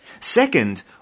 Second